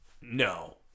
No